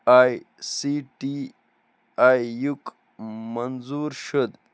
I C T آییُک منظوٗر شُد